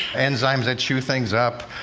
enzymes that chew things up,